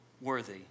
worthy